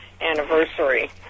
anniversary